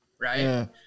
right